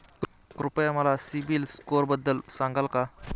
कृपया मला सीबील स्कोअरबद्दल सांगाल का?